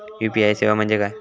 UPI सेवा म्हणजे काय?